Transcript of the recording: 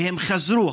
והם חזרו,